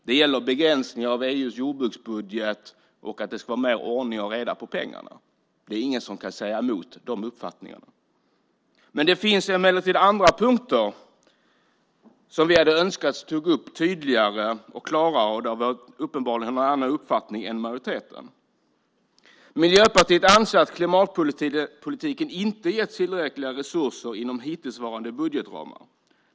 Det gäller begränsning av EU:s jordbruksbudget och att det ska vara mer ordning och reda på pengarna. Det är ingen som kan säga emot de uppfattningarna. Det finns emellertid andra punkter som vi önskar hade tagits upp på ett tydligare och klarare sätt. Där har vi uppenbarligen en annan uppfattning än majoriteten. Miljöpartiet anser att klimatpolitiken inte har getts tillräckliga resurser inom hittillsvarande budgetramar.